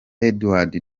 edward